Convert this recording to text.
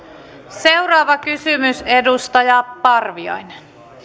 seuraava kysymys edustaja parviainen arvoisa puhemies